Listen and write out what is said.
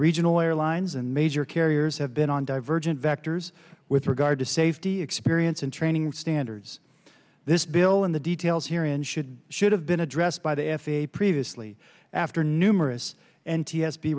regional airlines and major carriers have been on divergent vectors with regard to safety experience and training standards this bill in the details here and should should have been addressed by the f a a previously after numerous n